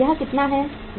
यह कितना है